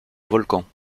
volcans